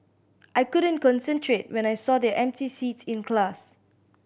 I couldn't concentrate when I saw their empty seats in class